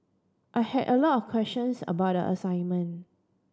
I had a lot of questions about the assignment